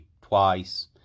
twice